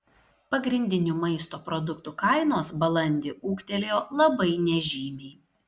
pagrindinių maisto produktų kainos balandį ūgtelėjo labai nežymiai